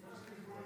אימא שלי מפולין.